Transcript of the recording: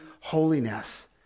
holiness